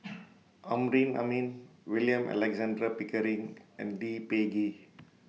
Amrin Amin William Alexander Pickering and Lee Peh Gee